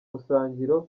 musangiro